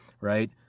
right